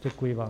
Děkuji vám.